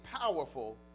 powerful